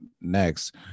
next